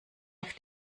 auf